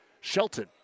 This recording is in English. Shelton